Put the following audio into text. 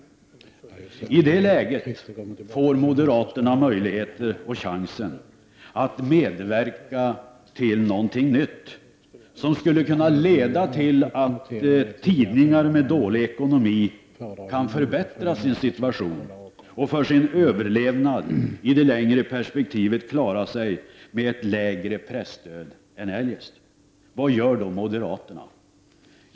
I det läget får moderaterna möjligheter och chansen att medverka till något nytt som skulle kunna leda till att tidningar med dålig ekonomi kan förbättra sin situation och för sin överlevnad i det längre perspektivet klara sig med ett lägre presstöd än eljest. Vad gör moderaterna då?